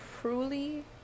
truly